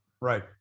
Right